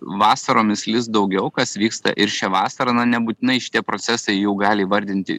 vasaromis lis daugiau kas vyksta ir šią vasarą na nebūtinai šitie procesai jau gali įvardinti